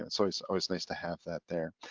and so it's always nice to have that there.